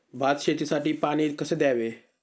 भात शेतीसाठी पाणी कसे द्यावे?